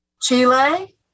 Chile